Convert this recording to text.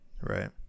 right